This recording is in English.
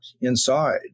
inside